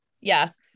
Yes